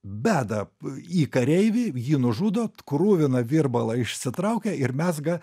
beda į kareivį jį nužudo kruviną virbalą išsitraukia ir mezga